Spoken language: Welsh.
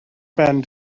ben